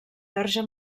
verge